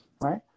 right